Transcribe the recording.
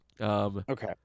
Okay